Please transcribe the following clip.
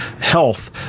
health